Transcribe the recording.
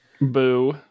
Boo